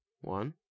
one